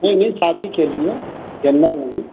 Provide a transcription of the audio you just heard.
नहीं नहीं शादी के लिए जाना है मेरी